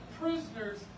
prisoners